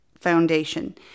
foundation